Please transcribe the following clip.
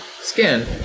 skin